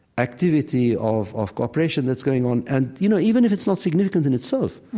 activity of of cooperation that's going on, and, you know, even if it's not significant in itself,